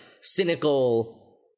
cynical